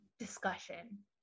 discussion